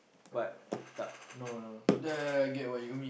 but tak no no no